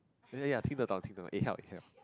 ya ya ya 听得懂听得懂: ting de dong ting de dong it help it help